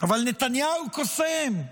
אבל נתניהו קוסם,